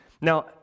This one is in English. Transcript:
Now